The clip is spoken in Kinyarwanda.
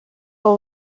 abo